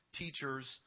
teachers